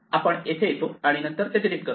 आपण येथे येतो आणि नंतर ते डिलीट करतो